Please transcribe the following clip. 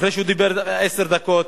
אחרי שהוא דיבר עשר דקות,